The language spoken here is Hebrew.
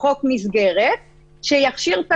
לציבור רק במקרים מסוימים של מקום סגור או כללי